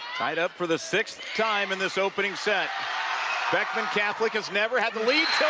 tied up for the sixth time in this opening set beckman catholic has never had the lead